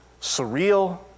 surreal